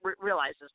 realizes